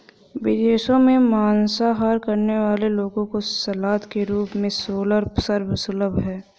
विदेशों में मांसाहार करने वाले लोगों को सलाद के रूप में सोरल सर्व सुलभ है